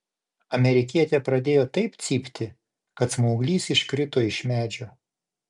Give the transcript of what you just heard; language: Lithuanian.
amerikietė pradėjo taip cypti kad smauglys iškrito iš medžio